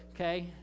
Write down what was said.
Okay